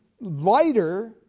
lighter